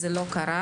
זה לא קרה,